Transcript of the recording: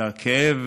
הכאב